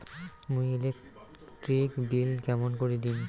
মুই electric bill কেমন করি দিম?